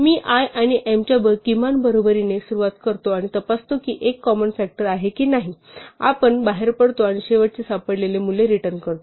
मी i आणि m च्या किमान बरोबरीने सुरुवात करतो आणि तपासतो की एक कॉमन फ़ॅक्टर आहे की नाही आपण बाहेर पडतो आणि शेवटचे सापडलेले मूल्य रिटर्न करतो